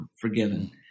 Forgiven